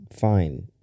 fine